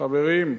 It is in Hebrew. חברים,